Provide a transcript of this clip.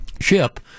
ship